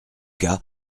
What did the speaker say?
cas